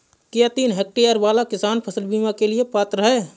क्या तीन हेक्टेयर वाला किसान फसल बीमा के लिए पात्र हैं?